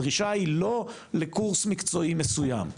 הדרישה היא לא לקורס מקצועי מסוים.